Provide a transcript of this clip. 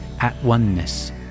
at-oneness